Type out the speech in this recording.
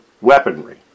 weaponry